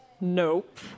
Nope